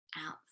Out